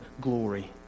glory